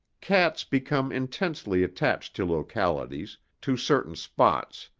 cats become intensely attached to localities, to certain spots,